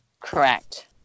Correct